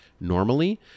normally